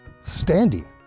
standing